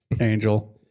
angel